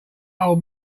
whole